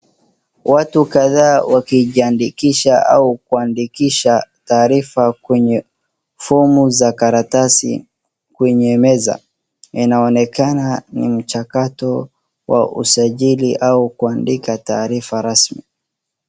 Watu kadhaa wakijiandikisha au kuandikisha taarifa kwenye fomu za karatasi kwenye meza. Inaonekana ni mchakato wa usajili au kuandika taarifa rasmi.